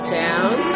down